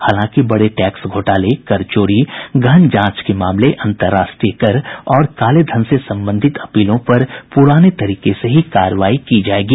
हालांकि बड़े टैक्स घोटाले कर चोरी गहन जांच के मामले अंतर्राष्ट्रीय कर और कालेधन से संबंधित अपीलों पर पुराने तरीके से ही कार्रवाई की जाएगी